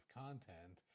content